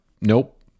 nope